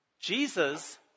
Jesus